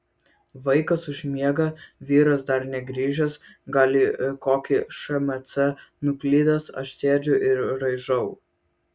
vaikas užmiega vyras dar negrįžęs gal į kokį šmc nuklydęs aš sėdžiu ir raižau